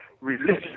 religion